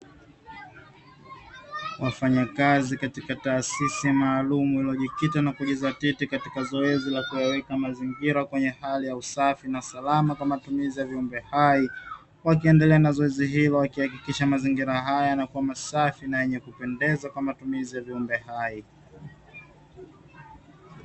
Wafanyakazi katika taasisi maalumu iliyojikita na kujizatiti katika zoezi la kuyaweka mazingira kwenye hali ya usafi na salama kwa matumizi ya viumbe hai, wakiendelea na zoezi hilo. Wakihakikisha mazingira haya yanakuwa masafi na yenye kupendeza kwa matumizi ya viumbe hai.